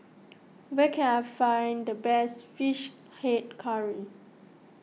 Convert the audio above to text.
where can I find the best Fish Head Curry